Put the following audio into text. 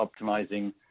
optimizing